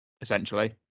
Essentially